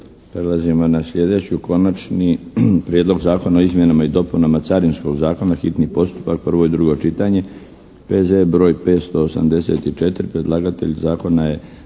Prelazimo na sljedeću - Konačni prijedlog Zakona o izmjenama i dopunama Carinskog zakona, hitni postupak, prvo i drugo čitanje, P.Z.E.br. 584 Predlagatelj zakona je